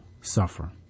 suffer